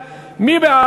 קבוצת סיעת מרצ,